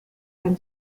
and